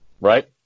Right